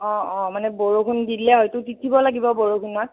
অঁ অঁ মানে বৰষুণ দিলে হয়তো তিতিব লাগিব বৰষুণত